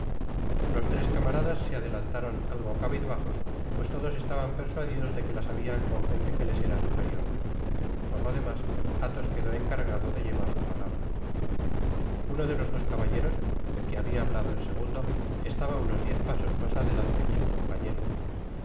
los tres camaradas se adelantaron algo cabizbajos pues todos estaban persuadidos que se las habian con gente que les era superior por lo demás athos quedó encargado de llevar la palabra uno de los dos caballeros el que habia hablado el segundo estaba unos diez pasos mas adelante que su compañero